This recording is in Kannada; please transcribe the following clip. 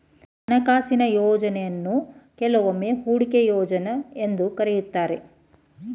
ಹಣಕಾಸಿನ ಯೋಜ್ನಯನ್ನು ಕೆಲವೊಮ್ಮೆ ಹೂಡಿಕೆ ಯೋಜ್ನ ಎಂದು ಕರೆಯುತ್ತಾರೆ